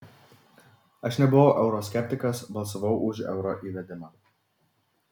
aš nebuvau euro skeptikas balsavau už euro įvedimą